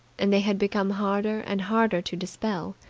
and they had become harder and harder to dispel.